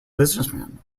businessman